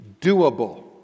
doable